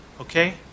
okay